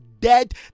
dead